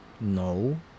No